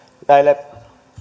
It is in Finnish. näille